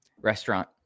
Restaurant